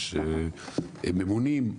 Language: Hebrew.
יש ממונים,